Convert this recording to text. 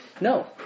No